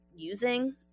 using